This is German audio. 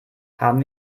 haben